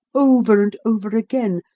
over and over again,